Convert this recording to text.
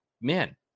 Man